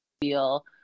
feel